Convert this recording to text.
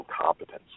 competence